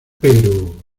pero